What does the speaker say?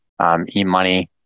eMoney